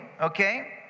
okay